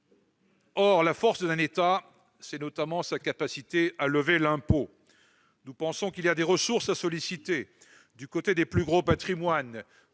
Or la force d'un État, c'est notamment sa capacité à lever l'impôt. Nous pensons qu'il y a des ressources à solliciter du côté des plus gros patrimoines,